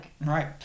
right